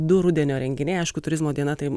du rudenio renginiai aišku turizmo diena tai